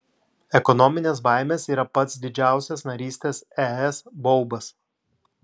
ekonominės baimės yra pats didžiausias narystės es baubas